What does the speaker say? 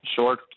short